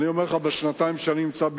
בשנתיים שאני נמצא,